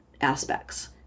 aspects